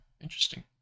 interesting